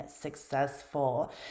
successful